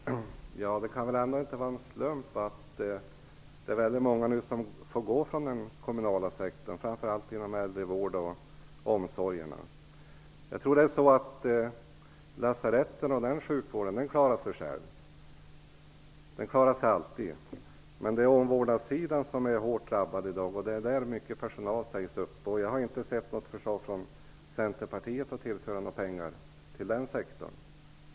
Herr talman! Det kan väl ändå inte vara en slump att det är väldigt många som får gå från den kommunala sektorn nu, framför allt inom äldrevården och omsorgen. Jag tror att lasaretten och den typen av sjukvård klarar sig själv; den klarar sig alltid. Men det är omvårdnadssidan som är hårt drabbad i dag, och det är där mycket personal sägs upp. Jag har inte sett något förslag från Centerpartiet om att tillföra några pengar till den sektorn.